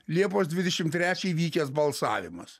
liepos dvidešim trečią įvykęs balsavimas